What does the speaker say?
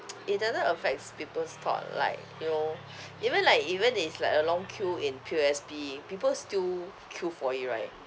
it doesn't affects people's thought like you know even like even is like a long queue in P_O_S_B people still queue for it right